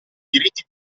diritti